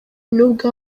nubwo